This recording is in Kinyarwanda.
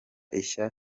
ishya